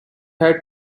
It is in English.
had